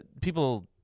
people